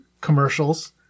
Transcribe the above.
commercials